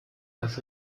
dass